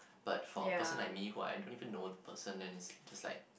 but for a person like me who I don't even know the person then is just like